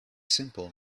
simple